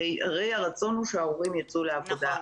הרי הרצון הוא שההורים ייצאו לעבוד,